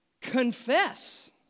Confess